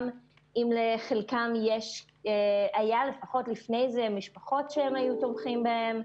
גם אם לחלק היו לפני כן משפחות שתמכו בהן,